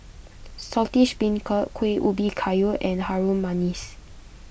Saltish Beancurd Kueh Ubi Kayu and Harum Manis